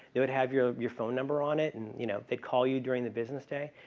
it would have your your phone number on it and, you know, they call you during the business day.